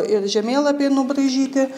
ir žemėlapiai nubraižyti